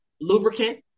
Lubricant